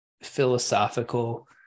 philosophical